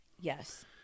Yes